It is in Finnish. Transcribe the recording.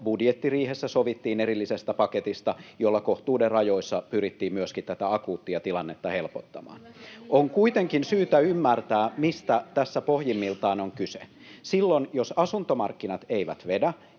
budjettiriihessä sovittiin erillisestä paketista, jolla kohtuuden rajoissa pyrittiin myöskin tätä akuuttia tilannetta helpottamaan. [Pia Viitasen välihuuto] On kuitenkin syytä ymmärtää, mistä tässä pohjimmiltaan on kyse. Silloin, jos asuntomarkkinat eivät vedä,